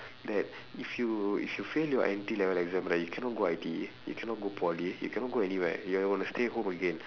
that if you if you fail your N_T level exam right you cannot go I_T_E you cannot go poly you cannot go anywhere you got to stay home again